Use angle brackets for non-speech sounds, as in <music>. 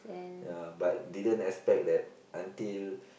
ya but didn't expect that until <breath>